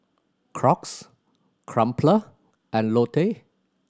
Crocs Crumpler and Lotte